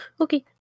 okay